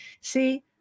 See